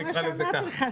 זה מה שאמרתי לך,